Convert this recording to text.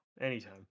anytime